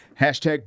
Hashtag